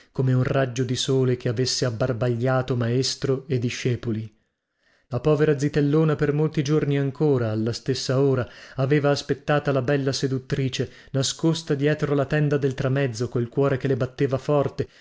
come un raggio di sole che avesse abbarbagliato maestro e discepoli la povera zitellona per molti giorni ancora alla stessa ora aveva aspettata la bella seduttrice nascosta dietro la tenda del tramezzo col cuore che le batteva forte